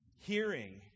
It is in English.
hearing